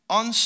on